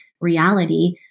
reality